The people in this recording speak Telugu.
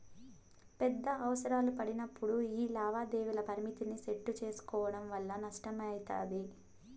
పెద్ద అవసరాలు పడినప్పుడు యీ లావాదేవీల పరిమితిని సెట్టు సేసుకోవడం వల్ల నష్టమయితది